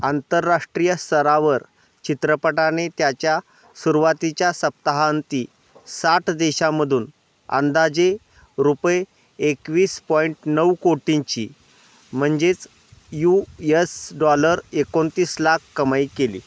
आंतरराष्ट्रीय स्तरावर चित्रपटाने त्याच्या सुरुवातीच्या सप्ताहांती साठ देशामधून अंदाजे रुपये एकवीस पॉईंट नऊ कोटींची म्हणजेच यू यस डॉलर एकोणतीस लाख कमाई केली